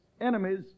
enemies